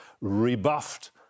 rebuffed